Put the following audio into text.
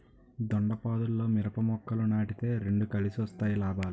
దొండపాదుల్లో మిరప మొక్కలు నాటితే రెండు కలిసొస్తే లాభాలు